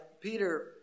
Peter